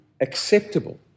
acceptable